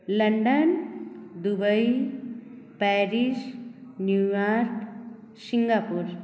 London Dubai Paris New York Singapore